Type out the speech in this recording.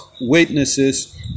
witnesses